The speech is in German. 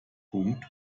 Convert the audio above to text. punkt